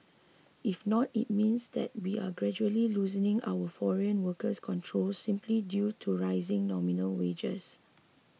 if not it means that we are gradually loosening our foreign worker controls simply due to rising nominal wages